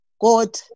God